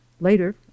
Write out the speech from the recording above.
Later